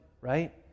right